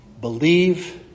believe